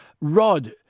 Rod